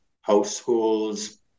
households